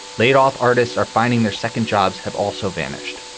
laid off artists are finding their second jobs have also vanished.